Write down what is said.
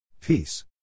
Peace